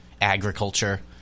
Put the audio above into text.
agriculture